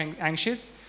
anxious